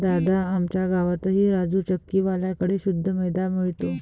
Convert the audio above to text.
दादा, आमच्या गावातही राजू चक्की वाल्या कड़े शुद्ध मैदा मिळतो